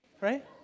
right